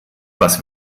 was